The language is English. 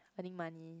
earning money